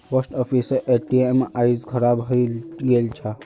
post ऑफिसेर ATM आइज खराब हइ गेल छ